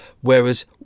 whereas